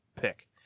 pick